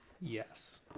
Yes